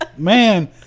Man